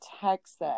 Texas